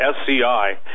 SCI